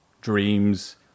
dreams